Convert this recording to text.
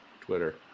twitter